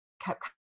kept